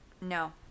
no